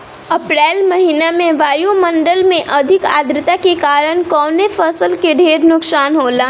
अप्रैल महिना में वायु मंडल में अधिक आद्रता के कारण कवने फसल क ढेर नुकसान होला?